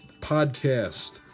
podcast